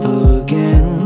again